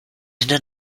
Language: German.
hinter